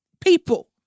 people